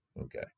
Okay